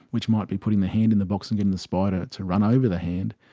which might be putting the hand in the box and getting the spider to run over the hand,